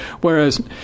Whereas